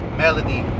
melody